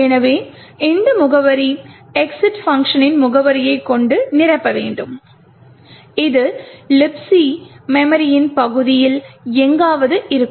எனவே இந்த முகவரி exit பங்க்ஷனின் முகவரியை கொண்டு நிரப்ப வேண்டும் இது Libc மெமரியின் பகுதியில் எங்காவது இருக்கும்